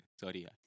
Sorry